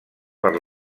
per